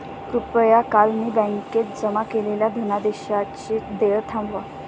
कृपया काल मी बँकेत जमा केलेल्या धनादेशाचे देय थांबवा